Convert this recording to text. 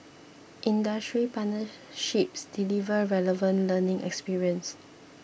industry partnerships deliver relevant learning experience